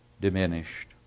diminished